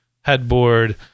headboard